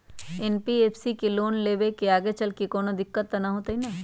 NBFC से loan लेबे से आगेचलके कौनो दिक्कत त न होतई न?